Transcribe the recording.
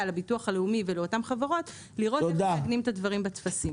לביטוח הלאומי ולאותן חברות לראות איך מעגנים את הדברים בטפסים.